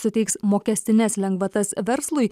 suteiks mokestines lengvatas verslui